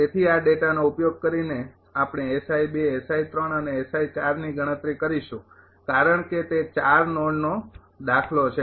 તેથી આ ડેટાનો ઉપયોગ કરીને આપણે અને ની ગણતરી કરીશું કારણ કે તે નોડનો દાખલો છે